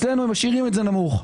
אצלנו הם משאירים את זה נמוך,